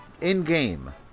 in-game